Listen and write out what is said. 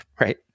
right